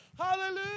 hallelujah